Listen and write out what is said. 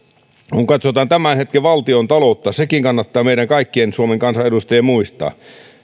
katsotaan tämän hetken valtiontaloutta sekin kannattaa meidän kaikkien suomen kansanedustajien muistaa